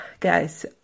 guys